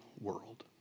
world